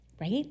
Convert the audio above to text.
right